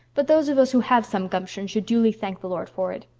but those of us who have some gumption should duly thank the lord for it.